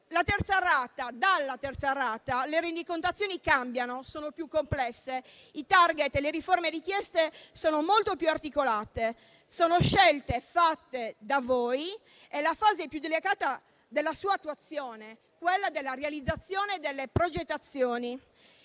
Dalla terza rata le rendicontazioni cambiano, sono più complesse; i *target* e le riforme richieste sono molto più articolati: sono scelte fatte da voi e la fase più delicata dell'attuazione è quella della realizzazione delle progettazioni